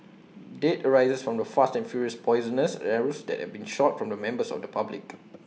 dread arises from the fast and furious poisonous arrows that have been shot from members of the public